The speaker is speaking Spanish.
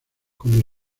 cuando